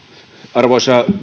arvoisa